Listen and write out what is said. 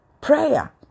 prayer